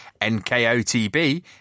NKOTB